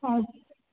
अच्छा